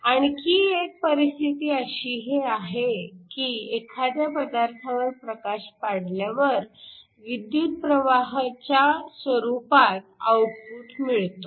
आणखी एक परिस्थिती अशीही आहे की एखाद्या पदार्थावर प्रकाश पाडल्यावर विद्युतप्रवाह च्या स्वरूपात आउटपुट मिळतो